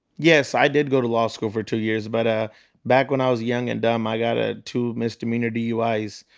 yes, i did go to law school for two years. but ah back when i was young and dumb, i got a two misdemeanor duis,